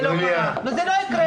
זה לא קרה וזה לא יקרה.